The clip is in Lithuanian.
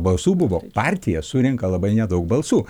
balsų buvo partija surenka labai nedaug balsų